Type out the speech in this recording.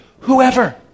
Whoever